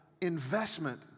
investment